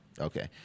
Okay